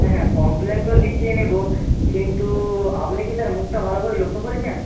হ্যাঁ হ্যাঁ কমপ্লেন তো লিখিয়ে নেব কিন্তু আপনি কি তার মুখটা ভালো করে লক্ষ্য করেছেন